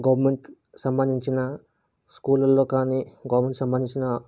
government సంబంధించిన స్కూలల్లో కానీ గవర్నమెంట్ సంబంధించిన